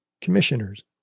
Commissioners